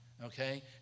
Okay